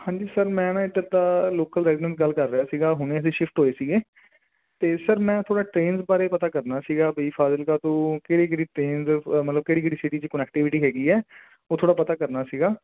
ਹਾਂਜੀ ਸਰ ਮੈਂ ਨਾ ਇੱਕ ਤਾਂ ਲੋਕਲ ਰੈਜੀਡੈਂਟ ਗੱਲ ਕਰ ਰਿਹਾ ਸੀਗਾ ਹੁਣੇ ਅਸੀਂ ਸ਼ਿਫਟ ਹੋਏ ਸੀਗੇ ਅਤੇ ਸਰ ਮੈਂ ਥੋੜ੍ਹਾ ਟਰੇਨਸ ਬਾਰੇ ਪਤਾ ਕਰਨਾ ਸੀਗਾ ਬਈ ਫਾਜ਼ਲਕਾ ਤੋਂ ਕਿਹੜੀ ਕਿਹੜੀ ਟਰੇਨਜ਼ ਮਤਲਬ ਕਿਹੜੀ ਕਿਹੜੀ ਸਿਟੀ 'ਚ ਕਨੈਕਟਿਵਿਟੀ ਹੈਗੀ ਹੈ ਉਹ ਥੋੜ੍ਹਾ ਪਤਾ ਕਰਨਾ ਸੀਗਾ